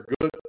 good